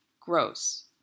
gross